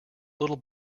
little